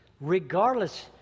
regardless